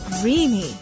creamy